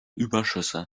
überschüsse